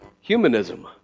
humanism